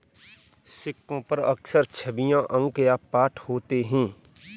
सिक्कों पर अक्सर छवियां अंक या पाठ होते हैं